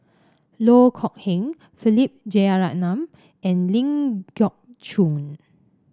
Loh Kok Heng Philip Jeyaretnam and Ling Geok Choon